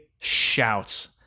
shouts